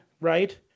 right